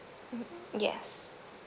mmhmm yes